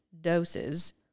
doses